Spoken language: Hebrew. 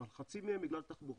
אבל חצי מהם בגלל תחבורה.